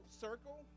circle